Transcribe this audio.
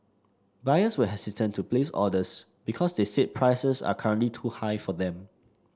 buyers were hesitant to place orders because they said prices are currently too high for them